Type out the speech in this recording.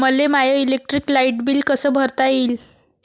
मले माय electric light bill कस भरता येईल?